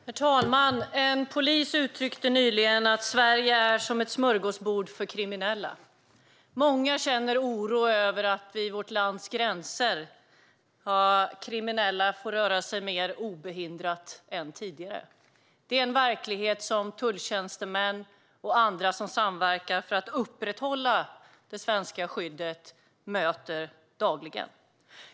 Herr talman! En polis uttryckte nyligen att Sverige är som ett smörgåsbord för kriminella. Många känner oro över att kriminella får röra sig mer obehindrat än tidigare vid vårt lands gränser. Det är en verklighet som tulltjänstemän och andra som samverkar för att upprätthålla det svenska skyddet möter dagligen.